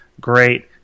Great